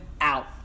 out